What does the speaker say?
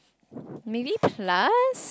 maybe plus